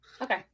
Okay